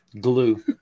Glue